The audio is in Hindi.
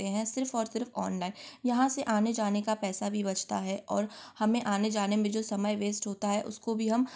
सिर्फ़ और सिर्फ़ ऑनलाइन यहाँ से आने जाने का पैसा भी बचता है और हमें आने जाने में जो समय वेस्ट होता है उसको भी हम